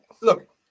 Look